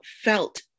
felt